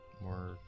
more